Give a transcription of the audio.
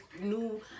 new